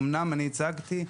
אמנם אני הצגתי את זה,